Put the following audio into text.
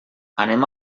anem